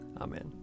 Amen